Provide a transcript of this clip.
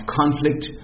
conflict